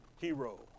hero